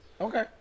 Okay